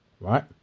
right